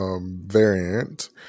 variant